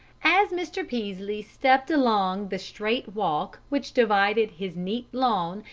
as mr. peaslee stepped along the straight walk which divided his neat lawn,